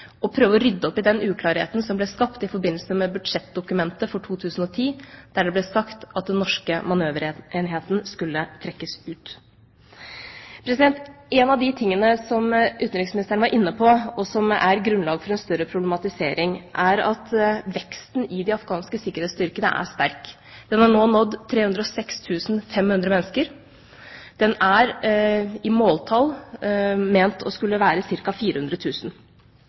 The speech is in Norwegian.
og prøve å rydde opp i den uklarheten som ble skapt i forbindelse med budsjettdokumentet for 2010, der det ble sagt at den norske manøverenheten skulle trekkes ut. En av de tingene som utenriksministeren var inne på, og som er grunnlag for en større problematisering, er at veksten i de afghanske sikkerhetsstyrkene er sterk. Den har nå nådd 306 500 mennesker, den er i måltall ment å skulle være